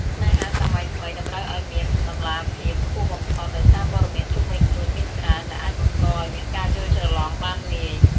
ស្នេហាសម័យថ្មីតម្រូវឱ្យមាន «តម្លាភាព» ខ្ពស់បំផុត ដោយសារព័ត៌មានជុំវិញខ្លួនមានច្រើន ដែលអាចបង្កឱ្យមានការយល់ច្រឡំបានងាយ។